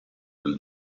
del